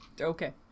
Okay